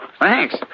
thanks